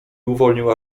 uwolnił